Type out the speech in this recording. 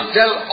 tell